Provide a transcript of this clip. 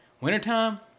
wintertime